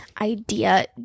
idea